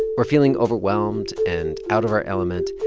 we're feeling overwhelmed and out of our element.